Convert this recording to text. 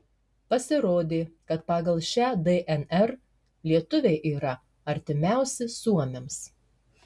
pasirodė kad pagal šią dnr lietuviai yra artimiausi suomiams